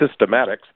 systematics